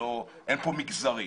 אין כאן מגזרי,